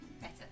better